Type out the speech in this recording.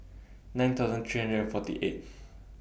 nine thousand three hundred and forty eighth